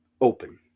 open